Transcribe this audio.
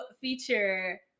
feature